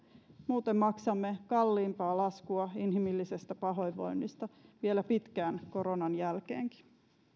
muuten maksamme kalliimpaa laskua inhimillisestä pahoinvoinnista vielä pitkään koronan jälkeenkin